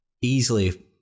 easily